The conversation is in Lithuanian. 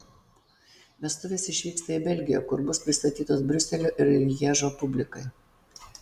vestuvės išvyksta į belgiją kur bus pristatytos briuselio ir lježo publikai